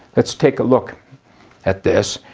let's take a look at this.